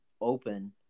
open